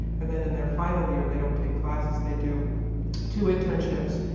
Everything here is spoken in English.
and then in their final year, they don't take classes. they do two internships,